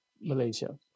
Malaysia